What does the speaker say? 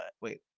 Wait